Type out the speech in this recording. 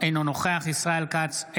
אינו נוכח ישראל כץ,